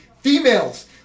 Females